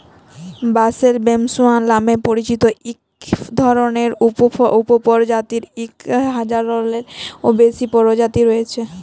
বাঁশের ব্যম্বুসা লামে পরিচিত ইক ধরলের উপপরজাতির ইক হাজারলেরও বেশি পরজাতি রঁয়েছে